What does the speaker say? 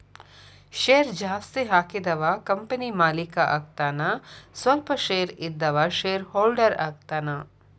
share ಜಾಸ್ತಿ ಹಾಕಿದವ company ಮಾಲೇಕ ಆಗತಾನ ಸ್ವಲ್ಪ ಶೇರ್ ಇದ್ದವ ಶೇರ್ ಹೋಲ್ಡರ್ ಆಗತಾನ